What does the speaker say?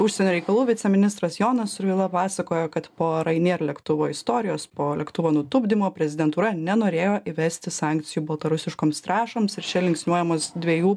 užsienio reikalų viceministras jonas survila pasakojo kad po ryanair lėktuvo istorijos po lėktuvo nutupdymo prezidentūra nenorėjo įvesti sankcijų baltarusiškoms trąšoms ir čia linksniuojamos dviejų